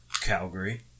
Calgary